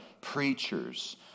preachers